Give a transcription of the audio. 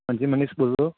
हाँ जी मनीष बोल रहे हो